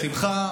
בשמחה,